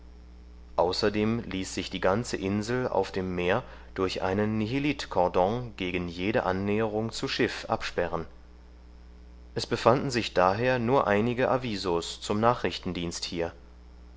außerdem ließ sich die ganze insel auf dem meer durch einen nihilit kordon gegen jede annäherung zu schiff absperren es befanden sich daher nur einige avisos zum nachrichtendienst hier